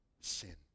sin